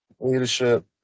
Leadership